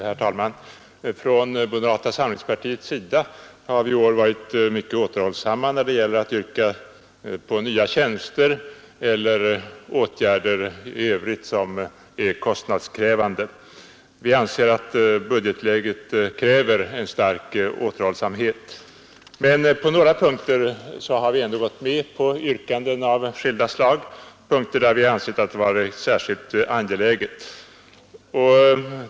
Herr talman! Från moderata samlingspartiets sida har vi i år varit mycket återhållsamma när det gällt att yrka på nya tjänster eller åtgärder i övrigt som är kostnadskrävande. Vi anser att budgetläget kräver en stark återhållsamhet. Men på några punkter har vi ändå gått med på yrkanden av skilda slag, punkter där vi ansett det vara särskilt angeläget.